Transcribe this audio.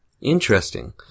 interesting